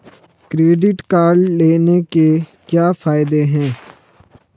Credit card लेने के क्या फायदे हैं?